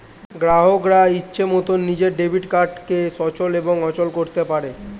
গ্রাহকরা ইচ্ছে মতন নিজের ডেবিট কার্ডকে সচল এবং অচল করতে পারে